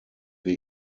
wir